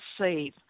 save